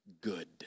good